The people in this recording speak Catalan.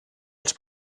els